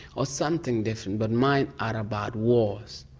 or something different, but mine are about wars.